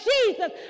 Jesus